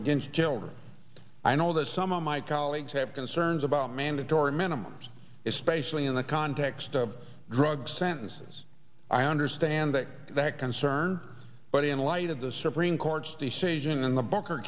against children i know that some of my colleagues have concerns about mandatory minimums especially in the context of drug sentences i understand that concern but in light of the supreme court's decision in the b